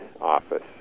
office